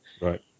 Right